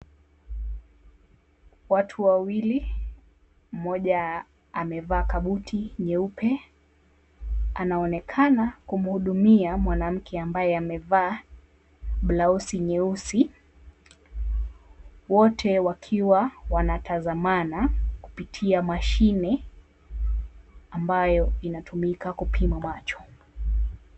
Watu wawili mmoja amevaa kabuti nyeupe anaonekana kumuhudumia mwanamke ambaye amevaa bulauzi nyeusi, wote wakiwa wanatazamana kupitia mashine ambayo inatumika kupima macho.